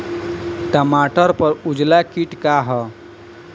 टमाटर पर उजला किट का है?